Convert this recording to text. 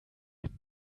dem